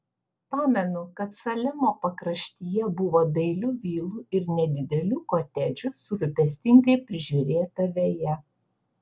pamenu kad salemo pakraštyje buvo dailių vilų ir nedidelių kotedžų su rūpestingai prižiūrėta veja